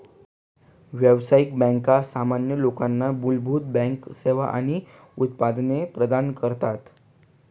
व्यावसायिक बँका सामान्य लोकांना मूलभूत बँकिंग सेवा आणि उत्पादने प्रदान करतात